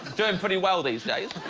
doing pretty well these days